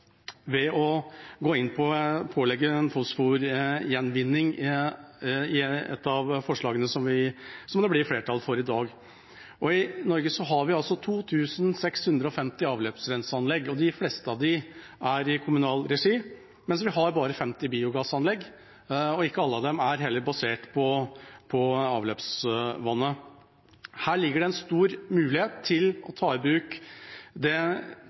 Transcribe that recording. gå inn for å pålegge en fosforgjenvinning i et av forslagene som det blir flertall for i dag. I Norge har vi 2 650 avløpsrenseanlegg, og de fleste av dem er i kommunal regi, mens vi har bare 50 biogassanlegg, og ikke alle av dem er heller basert på avløpsvannet. Her ligger det en stor mulighet til å ta i bruk det